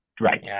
Right